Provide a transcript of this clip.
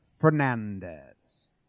Fernandez